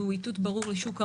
הוא איתות ברור לשוק ההון.